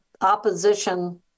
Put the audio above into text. opposition